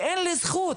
ואין לי זכות